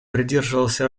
придерживался